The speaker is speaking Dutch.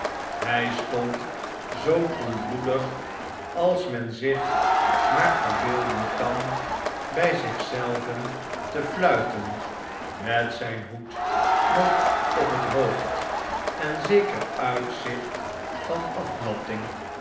hij stond zoo koelbloedig als men zich maar verbeelden kan bij zich zelven te fluiten met zijn hoed nog op het hoofd en zeker uitzicht van